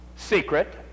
secret